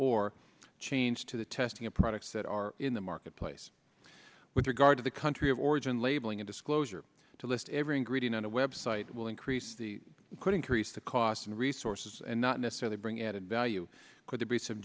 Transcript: or changed to the testing of products that are in the marketplace with regard to the country of origin labeling a disclosure to list every ingredient on a website will increase the could increase the cost in resources and not necessarily bring added value